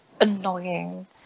annoying